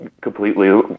completely